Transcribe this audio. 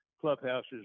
clubhouses